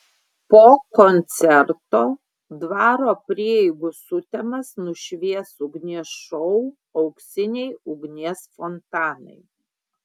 po koncerto dvaro prieigų sutemas nušvies ugnies šou auksiniai ugnies fontanai